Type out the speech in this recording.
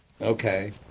okay